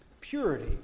purity